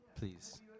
Please